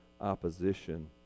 opposition